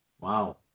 Wow